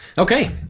Okay